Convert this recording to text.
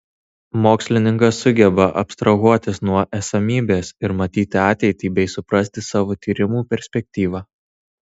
mokslininkas sugeba abstrahuotis nuo esamybės ir matyti ateitį bei suprasti savo tyrimų perspektyvą